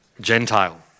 Gentile